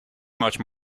much